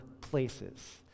places